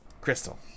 Crystal